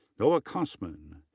noa kossmann.